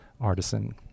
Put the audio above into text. artisan